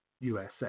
USA